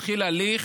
התחיל הליך,